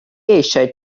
eisiau